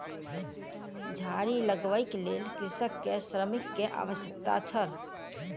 झाड़ी लगबैक लेल कृषक के श्रमिक के आवश्यकता छल